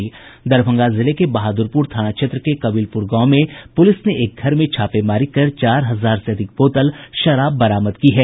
दरभंगा जिले के बहादुरपुर थाना क्षेत्र के कबीलपुर गांव में पुलिस ने एक घर में छापेमारी कर चार हजार से अधिक बोतल शराब बरामद की है